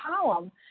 column